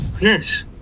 yes